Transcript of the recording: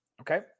okay